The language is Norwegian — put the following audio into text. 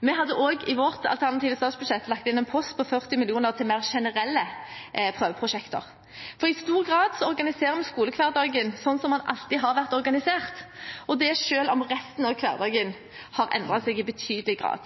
Vi hadde i vårt alternative statsbudsjett også lagt inn en post på 40 mill. kr til mer generelle prøveprosjekter. I stor grad organiserer vi skolehverdagen slik den alltid har vært organisert, og det selv om resten av hverdagen har endret seg i betydelig grad.